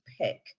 pick